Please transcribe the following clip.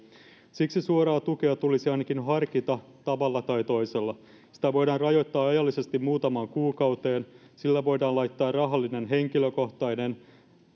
siksi suoraa tukea tulisi ainakin harkita tavalla tai toisella sitä voidaan rajoittaa ajallisesti muutamaan kuukauteen sille voidaan laittaa rahallinen henkilökohtainen